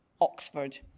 Oxford